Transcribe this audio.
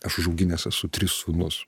aš užauginęs esu tris sūnus